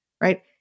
right